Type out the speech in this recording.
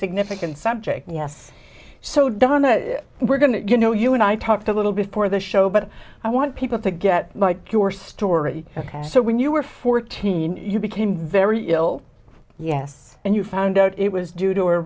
significant subject yes so don that we're going to know you and i talked a little before the show but i want people to get your story ok so when you were fourteen you became very ill yes and you found out it was due to a